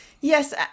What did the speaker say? Yes